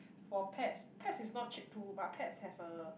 for pets pets is not cheap too but pets have a